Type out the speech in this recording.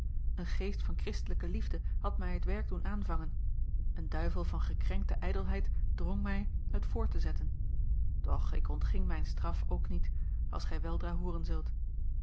een geest van kristelijke liefde had mij het werk doen aanvangen een duivel van gekrenkte ijdelheid drong mij het voort te zetten doch ik ontging mijn straf ook niet als gij weldra hooren zult